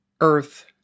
Earth